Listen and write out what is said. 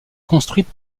construite